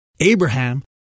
Abraham